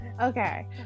Okay